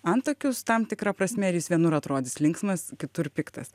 antakius tam tikra prasme ir jis vienur atrodys linksmas kitur piktas